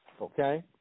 Okay